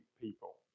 people